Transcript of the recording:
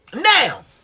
Now